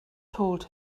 told